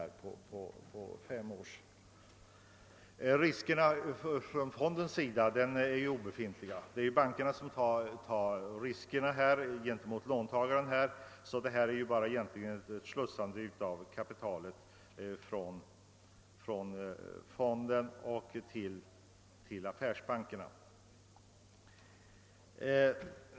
Riskerna för fonden är obefintliga. Det är bankerna som tar riskerna gentemot låntagarna. Det är egentligen bara fråga om ett slussande av kapitalet från fonden till affärsbankerna.